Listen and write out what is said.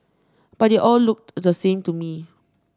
but they all looked the same to me